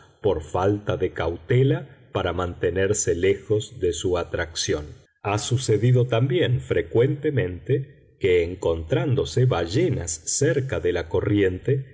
por falta de cautela para mantenerse lejos de su atracción ha sucedido también frecuentemente que encontrándose ballenas cerca de la corriente